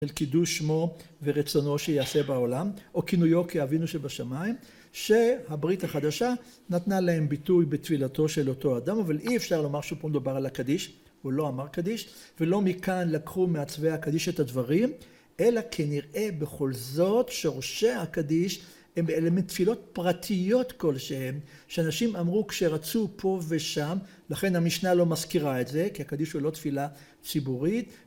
‫אל קידוש שמו ורצונו שיעשה בעולם, ‫או כינויו כאבינו שבשמיים, ‫שהברית החדשה נתנה להם ביטוי ‫בתפילתו של אותו אדם, ‫אבל אי אפשר לומר ‫שפה מדובר על הקדיש, ‫הוא לא אמר קדיש, ‫ולא מכאן לקחו מעצבי הקדיש את הדברים, ‫אלא כנראה בכל זאת שורשי הקדיש ‫הם תפילות פרטיות כלשהן ‫שאנשים אמרו כשרצו פה ושם, ‫לכן המשנה לא מזכירה את זה, ‫כי הקדיש הוא לא תפילה ציבורית,